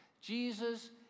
Jesus